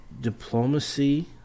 diplomacy